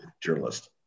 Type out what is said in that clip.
journalist